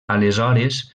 aleshores